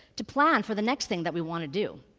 to plan for the next thing that we want to do.